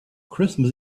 christmas